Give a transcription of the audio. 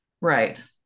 Right